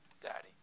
daddy